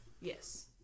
Yes